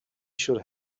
should